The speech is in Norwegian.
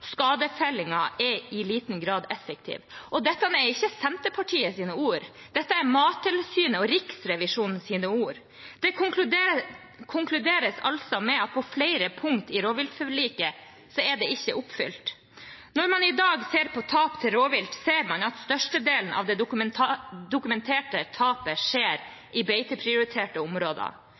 Skadefellingen er i liten grad effektiv. Dette er ikke Senterpartiets ord; dette er Mattilsynets og Riksrevisjonens ord. Det konkluderes altså med at flere punkter i rovviltforliket ikke er oppfylt. Når man i dag ser på tap til rovvilt, ser man at størstedelen av det dokumenterte tapet skjer i beiteprioriterte områder.